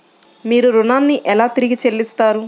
మీరు ఋణాన్ని ఎలా తిరిగి చెల్లిస్తారు?